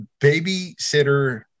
babysitter